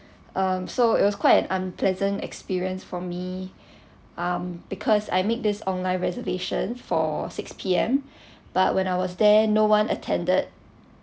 um so it was quite an unpleasant experience for me um because I made this online reservation for six P_M but when I was there no one attended